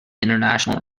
international